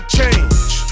change